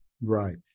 Right